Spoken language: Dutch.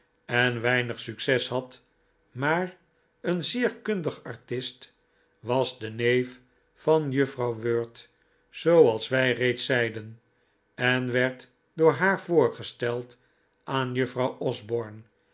en weinig succes had maar een zeer kundig artist was de neef van juffrouw wirt zooals wij reeds zeiden en werd door haar voorgesteld aan juffrouw osborne